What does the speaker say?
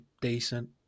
decent